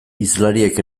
hizlariek